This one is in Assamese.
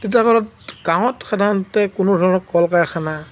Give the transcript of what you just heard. এতিয়া ধৰক গাঁৱত সাধাৰণতে কোনো ধৰণৰ কল কাৰখানা